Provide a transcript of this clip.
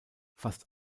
fast